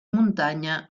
muntanya